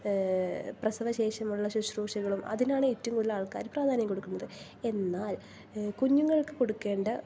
പ്രസവശേഷമുള്ള ശിശ്രൂഷകളും അതിനാണേറ്റവും കൂടുതൽ ആൾക്കാർ പ്രാധാന്യം കൊടുക്കുന്നത് എന്നാൽ കുഞ്ഞുങ്ങൾക്ക് കൊടുക്കേണ്ട